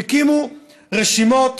הקימו רשימות